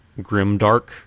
grimdark